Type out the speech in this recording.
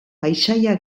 paisaia